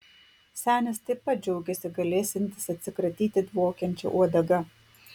senis taip pat džiaugėsi galėsiantis atsikratyti dvokiančia uodega